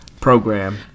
program